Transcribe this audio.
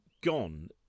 gone